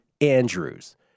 Andrews